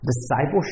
discipleship